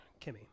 Kimmy